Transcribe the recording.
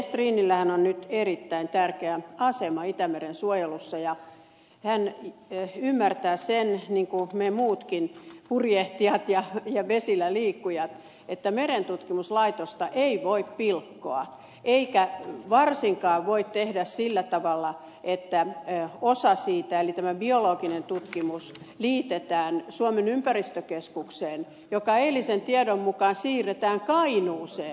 gestrinillähän on nyt erittäin tärkeä asema itämeren suojelussa ja hän ymmärtää sen niin kuin me muutkin purjehtijat ja vesilläliikkujat että merentutkimuslaitosta ei voi pilkkoa eikä varsinkaan voi tehdä sillä tavalla että osa siitä eli tämä biologinen tutkimus liitetään suomen ympäristökeskukseen joka eilisen tiedon mukaan siirretään kainuuseen